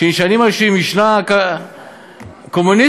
עם משנה קומוניסטית.